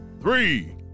Three